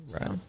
Right